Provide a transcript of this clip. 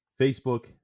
Facebook